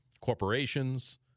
corporations